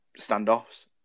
standoffs